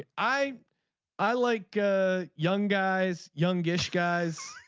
ah i i like young guys youngest guys.